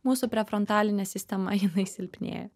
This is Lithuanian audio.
mūsų prefrontalinė sistema jinai silpnėja